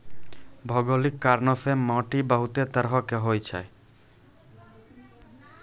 भौगोलिक कारणो से माट्टी बहुते तरहो के होय छै